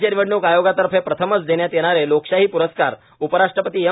राज्य निवडणूक आयोगातर्फे प्रथमच देण्यात येणारे लोकशाही प्रस्कार उपराष्ट्रपती एम